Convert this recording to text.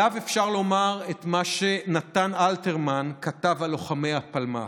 עליו אפשר לומר את מה שנתן אלתרמן כתב על לוחמי הפלמ"ח: